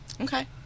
Okay